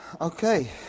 Okay